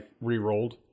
re-rolled